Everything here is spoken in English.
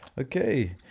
Okay